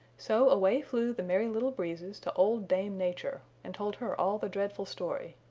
so away flew the merry little breezes to old dame nature and told her all the dreadful story.